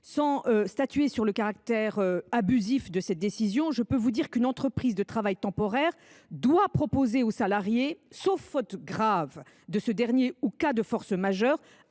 Sans statuer sur l’éventuel caractère abusif de cette décision, je vous indique qu’une entreprise de travail temporaire doit proposer au salarié, sauf faute grave de ce dernier ou cas de force majeure,